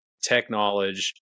technology